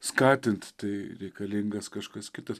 skatint tai reikalingas kažkas kitas